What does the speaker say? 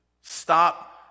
stop